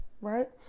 right